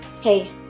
Hey